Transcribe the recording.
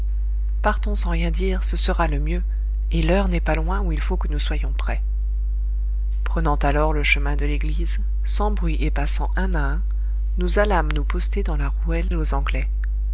partons sans rien dire ce sera le mieux et l'heure n'est pas loin où il faut que nous soyons prêts prenant alors le chemin de l'église sans bruit et passant un à un nous allâmes nous poster dans la rouette aux anglais